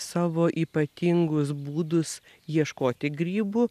savo ypatingus būdus ieškoti grybų